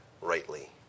rightly